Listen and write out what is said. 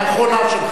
והוא לא עושה את זה.